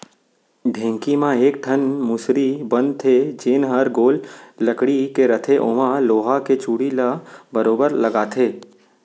ढेंकी म एक ठन मुसरी बन थे जेन हर गोल लकड़ी के रथे ओमा लोहा के चूड़ी ल बरोबर लगाथे